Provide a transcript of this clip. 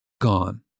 gone